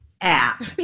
app